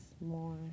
more